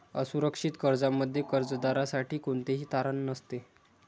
असुरक्षित कर्जामध्ये कर्जदारासाठी कोणतेही तारण नसते